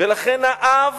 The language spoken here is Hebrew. ולכן האב